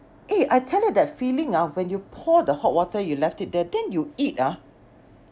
eh I tell you that feeling ah when you pour the hot water you left it there then you eat ah